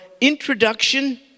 introduction